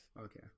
Okay